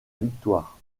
victoire